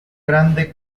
grande